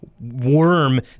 worm